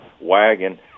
wagon